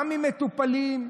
גם ממטופלים,